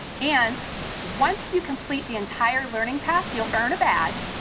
and once you complete the entire learning path, you'll earn a badge.